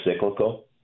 cyclical